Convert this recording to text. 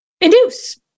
induce